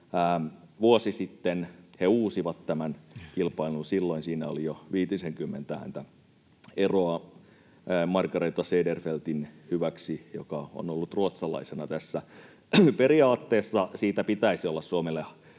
Vuosi sitten he uusivat tämän kilpailun, silloin siinä oli jo viitisenkymmentä ääntä eroa Margareta Cederfeltin hyväksi, joka on ollut ruotsalaisena tässä. Periaatteessa siitä pitäisi olla Suomelle